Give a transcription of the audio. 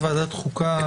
ועדת החוקה.